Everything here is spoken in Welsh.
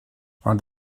ond